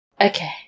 Okay